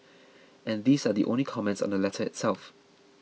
and these are the only the comments on the letter itself